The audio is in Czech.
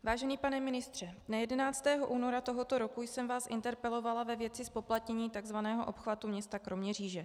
Vážený pane ministře, dne 11. února tohoto roku jsem vás interpelovala ve věci zpoplatnění tzv. obchvatu města Kroměříže.